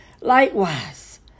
Likewise